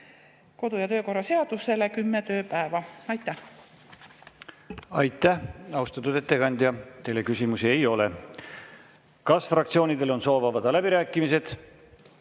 kodu‑ ja töökorra seadusele kümme tööpäeva. Aitäh! Aitäh, austatud ettekandja! Teile küsimusi ei ole. Kas fraktsioonidel on soov avada läbirääkimised?